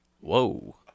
Whoa